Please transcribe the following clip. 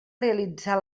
realitzar